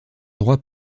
droit